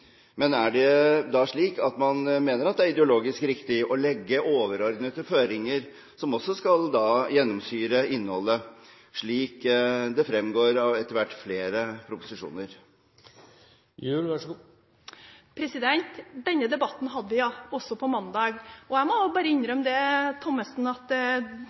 Men er det da slik at man mener at det er ideologisk riktig å legge overordnede føringer som også skal gjennomsyre innholdet, slik det etter hvert fremgår av flere proposisjoner? Denne debatten hadde vi også på mandag, og jeg må bare innrømme det, Thommessen, at